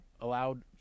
allowed